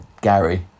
Gary